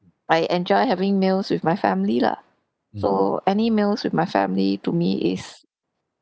I enjoy having meals with my family lah so any meals with my family to me is